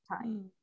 time